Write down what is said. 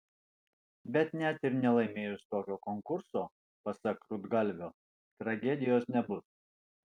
bet net ir nelaimėjus tokio konkurso pasak rudgalvio tragedijos nebus